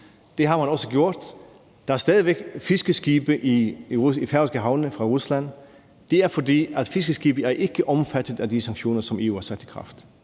Det har man også gjort. Der er stadig væk fiskeskibe fra Rusland i færøske havne, og det er, fordi fiskeskibe ikke er omfattet af de sanktioner, som EU har sat i kraft.